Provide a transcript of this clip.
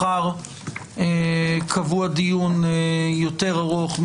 מחר קבוע דיון יותר ארוך,